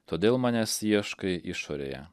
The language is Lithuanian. todėl manęs ieškai išorėje